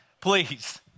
please